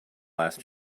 last